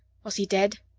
was he dead?